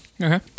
Okay